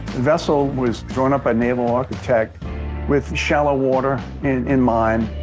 vessel was drawn up by naval architect with shallow water in-in mind.